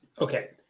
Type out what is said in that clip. Okay